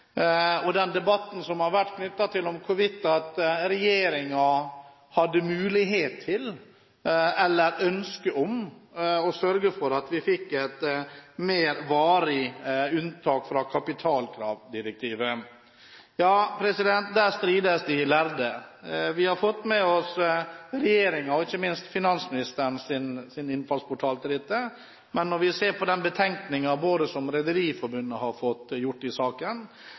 ønske om å sørge for at vi fikk et mer varig unntak fra kapitalkravdirektivet. Derom strides de lærde. Vi har fått med oss regjeringens og ikke minst finansministerens innfallsportal til dette, men når vi ser på de betenkningene som Rederiforbundet har fått utarbeidet i saken,